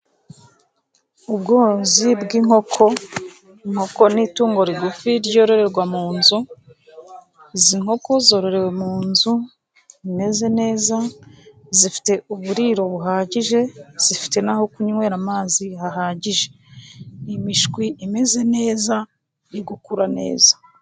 Ubworozi bw'inkoko, inkoko ni itungo rigufi ryororerwa mu nzu. Izi nkoko zororewe mu nzu zimeze neza, zifite uburiro buhagije, zifite n'aho kunywera amazi hahagije. Imishwi imeze neza iri gukura neza.